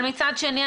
אבל מצד שני,